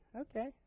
Okay